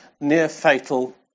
near-fatal